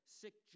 sick